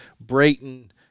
Brayton